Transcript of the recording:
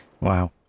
Wow